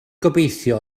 gobeithio